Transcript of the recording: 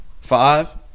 Five